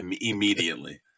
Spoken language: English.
immediately